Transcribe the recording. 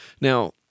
Now